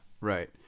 Right